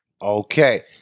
Okay